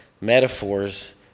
metaphors